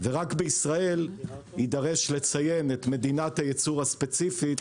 ורק בישראל יידרשו לציין את מדינת הייצור הספציפית